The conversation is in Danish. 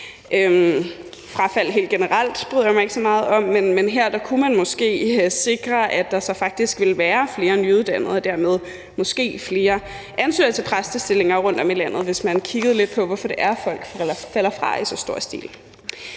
Frafald helt generelt bryder jeg mig ikke så meget om, men her kunne man måske sikre, at der så faktisk ville være flere nyuddannede og dermed måske flere ansøgere til præstestillinger rundtom i landet, hvis man kiggede lidt på, hvorfor det er, folk falder fra i så stor stil.